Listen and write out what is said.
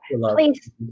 please